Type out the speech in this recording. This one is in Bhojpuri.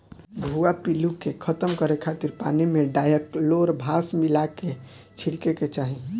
भुआ पिल्लू के खतम करे खातिर पानी में डायकलोरभास मिला के छिड़के के चाही